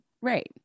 Right